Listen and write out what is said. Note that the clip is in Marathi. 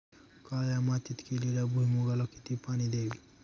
काळ्या मातीत केलेल्या भुईमूगाला किती पाणी द्यावे?